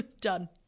Done